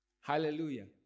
Hallelujah